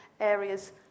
areas